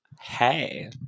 Hey